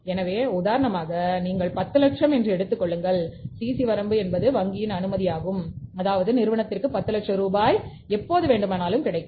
எனவே உதாரணமாக நீங்கள் 10 லட்சம் என்று எடுத்துக்கொள்ளுங்கள்சிசி வரம்பு என்பது வங்கியின் அனுமதியாகும் அதாவது நிறுவனத்திற்கு 10 லட்சம் ரூபாய் எப்போது வேண்டுமானாலும் கிடைக்கும்